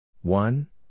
One